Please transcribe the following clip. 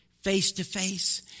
face-to-face